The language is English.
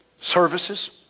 services